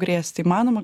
grėst įmanoma